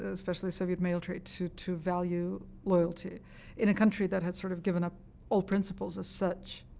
especially soviet male trait, to to value loyalty in a country that had sort of given up all principles as such.